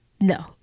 No